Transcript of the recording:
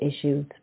issues